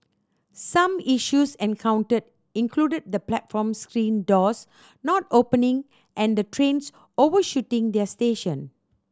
some issues encountered included the platform screen doors not opening and the trains overshooting their station